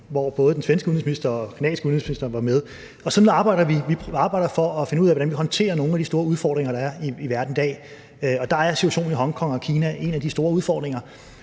svenske udenrigsminister og den canadiske udenrigsminister med. Sådan arbejder vi: Vi arbejder for at finde ud af, hvordan vi håndterer nogle af de store udfordringer, der er i verden i dag. Og der er situationen i Hongkong og Kina en af de store udfordringer.